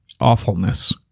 awfulness